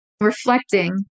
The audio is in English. reflecting